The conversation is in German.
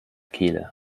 kehle